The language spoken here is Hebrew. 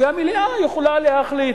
והמליאה יכולה להחליט.